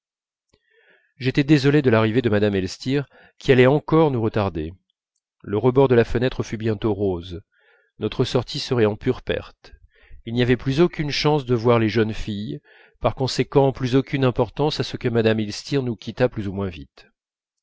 j'étais désolé de l'arrivée de mme elstir qui allait encore nous retarder le rebord de la fenêtre fut bientôt rose notre sortie serait en pure perte il n'y avait aucune chance de voir les jeunes filles par conséquent plus aucune importance à ce que mme elstir nous quittât plus ou moins vite